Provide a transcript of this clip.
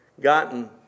gotten